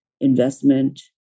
investment